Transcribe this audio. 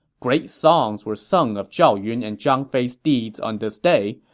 great songs were sung of zhao yun and zhang fei's deeds on this day,